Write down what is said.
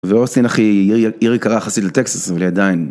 ואוסטין אחי, עיר יקרה יחסית לטקסס ועדיין.